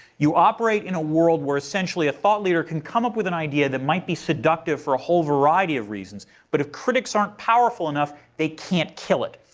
you operate in a world where essentially a thought leader can come up with an idea that might be seductive for a whole variety of reasons. but if critics aren't powerful enough, they can't kill it.